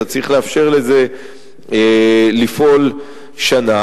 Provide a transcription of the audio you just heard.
אתה צריך לאפשר לזה לפעול שנה.